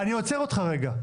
אני עוצר אותך רגע.